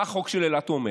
מה החוק של אילת אומר?